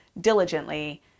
diligently